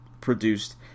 produced